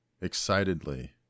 excitedly